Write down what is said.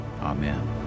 Amen